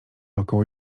około